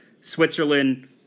Switzerland